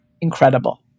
incredible